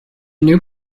new